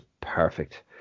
perfect